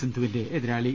സിന്ധു വിന്റെ എതിരാളി